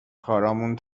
کارامون